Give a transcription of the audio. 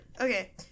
Okay